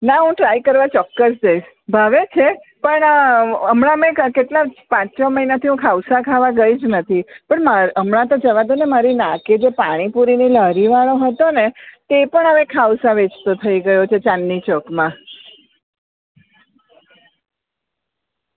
ના હું ટ્રાઈ કરવા ચોક્કસ જઈશ ભાવે છે પણ હમણાં મેં કેટલાંક પાંચ છ મહિનાથી હું ખાવસા ખાવા ગઈ જ નથી પણ માં હમણાં તો જવા દ્યોને મારી નાકે પાણીપુરીની લારીવાળો હતો ને તે પણ હવે ખાવસા વેચતો થઈ ગયો છે ચાંદની ચોકમાં